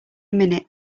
minute